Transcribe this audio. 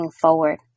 forward